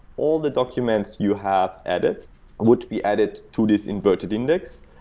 all the documents you have added would be added to this inverted index.